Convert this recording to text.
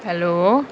hello